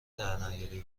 درنیاری